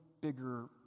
bigger